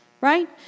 right